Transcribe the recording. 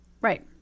Right